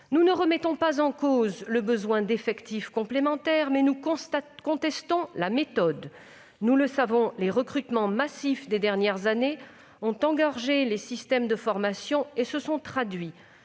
Nous ne remettons pas en cause le besoin d'effectifs complémentaires, mais nous contestons la méthode. Nous le savons, les recrutements massifs des dernières années ont engorgé les systèmes de formation et se sont traduits